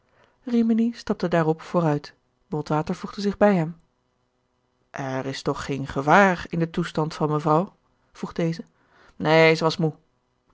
rimini stapte daarop vooruit botwater voegde zich bij hem er is toch geen gevaar in den toestand van mevrouw vroeg deze neen zij was moê